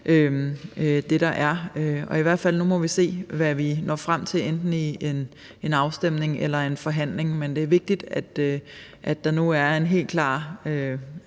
det virker meget fornuftigt. Nu må vi se, hvad vi når frem til enten ved en afstemning eller i en forhandling. Men det er vigtigt, at der nu er en helt klar